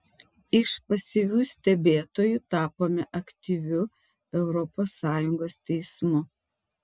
iš pasyvių stebėtojų tapome aktyviu europos sąjungos teismu